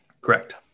Correct